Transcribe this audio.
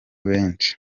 benshi